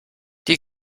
eine